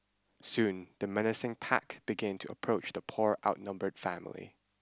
soon the menacing pack began to approach the poor outnumbered family